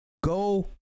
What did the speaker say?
go